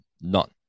None